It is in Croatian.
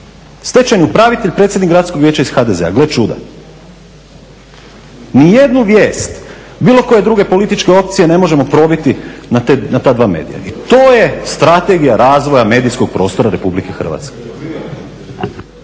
Stečajni upravitelj, predsjednik gradskog vijeća iz HDZ-a gle čuda. Ni jednu vijest bilo koje druge političke opcije ne možemo probiti na ta dva medija. I to je strategija razvoja medijskog prostora Republike Hrvatske.